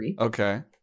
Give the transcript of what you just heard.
Okay